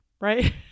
Right